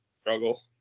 struggle